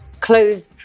closed